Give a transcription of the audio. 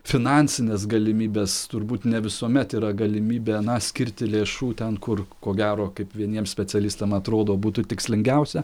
finansines galimybes turbūt ne visuomet yra galimybė skirti lėšų ten kur ko gero kaip vieniem specialistam atrodo būtų tikslingiausia